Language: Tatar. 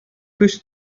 күз